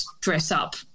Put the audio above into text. dress-up